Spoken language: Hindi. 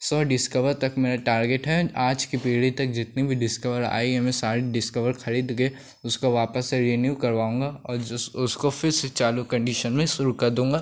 सौ डिस्कवर तक मेरा टारगेट है आज की पीढ़ी तक जितनी भी डिस्कवर आई है मैं सारी डिस्कवर ख़रीदकर उसको वापस से रीन्यू करवाऊँगा और जो उसको फिर से चालू कंडीशन में शुरू कर दूँगा